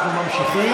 אנחנו ממשיכים